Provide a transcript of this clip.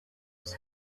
was